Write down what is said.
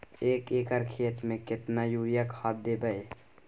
एक एकर खेत मे केतना यूरिया खाद दैबे?